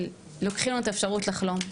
לוקחים לנו את האפשרות לחלום,